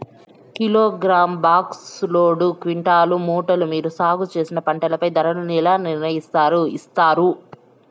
Kilogram, box, load, quintal, మూటలు మీరు సాగు చేసిన పంటపై ధరలను ఎలా నిర్ణయిస్తారు యిస్తారు?